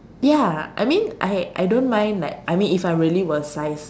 ya I mean I I don't mind like I mean if I really were sized